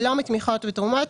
שלא מתמיכות ותרומות,